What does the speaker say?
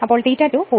അതിനാൽ ∅ 2 0